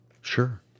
Sure